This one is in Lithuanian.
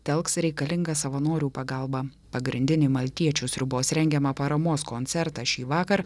telks reikalingą savanorių pagalbą pagrindinį maltiečių sriubos rengiamą paramos koncertą šįvakar